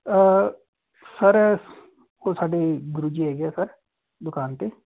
sir ਉਹ ਸਾਡੇ ਗੁਰੂ ਜੀ ਹੈਗੇ ਹੈ ਸਰ ਦੁਕਾਨ 'ਤੇ